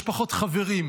יש פחות חברים,